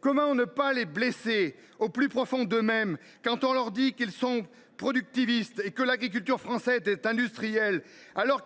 Comment ne pas les blesser au plus profond d’eux mêmes quand on leur dit qu’ils sont productivistes et que l’agriculture française est industrielle ?